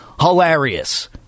hilarious